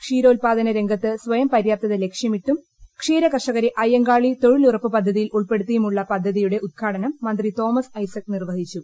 ക്ഷീരോത്പാദന രംഗത്ത് സ്വയം പര്യാപ്തത ലക്ഷമിട്ടും ക്ഷീരകർഷകരെ അയ്യങ്കാളി തൊഴിലുറപ്പ് പദ്ധതിയിൽ ഉൾപ്പെടുത്തിയുമുള്ള പദ്ധതിയുടെ ഉദ്ഘാടനം മന്ത്രി തോമസ് ഐസക്ക് നിർവഹിച്ചു